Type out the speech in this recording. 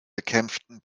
bekämpften